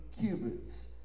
cubits